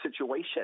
situation